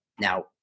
Now